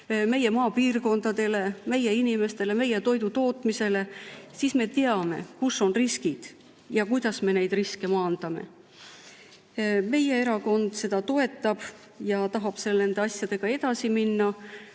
meie maapiirkondadele, meie toidutootmisele. Siis me teame, kus on riskid ja kuidas me neid riske maandame. Meie erakond seda toetab ja tahab nende asjadega edasi minna.